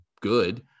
good